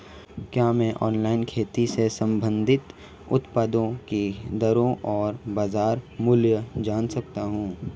क्या मैं ऑनलाइन खेती से संबंधित उत्पादों की दरें और बाज़ार मूल्य जान सकता हूँ?